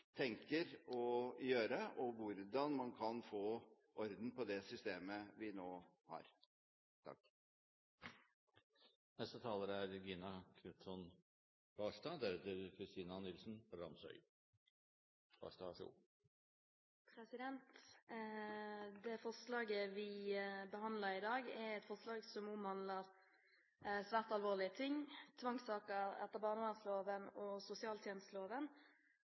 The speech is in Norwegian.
tenker å gjøre, og hvordan man kan få orden på det systemet vi nå har. Det forslaget vi behandler i dag, er et forslag som omhandler svært alvorlige ting – tvangssaker etter barnevernsloven og sosialtjenesteloven.